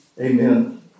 Amen